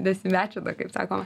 nesimečina kaip sakoma